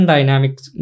Dynamics